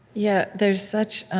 yeah there's such